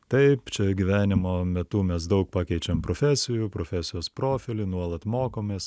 taip čia gyvenimo metu mes daug pakeičiam profesijų profesijos profilį nuolat mokomės